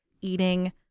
eating